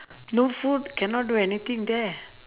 no food cannot do anything there